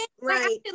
right